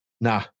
Nah